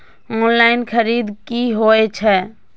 Online खरीद की होए छै?